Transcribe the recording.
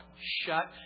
shut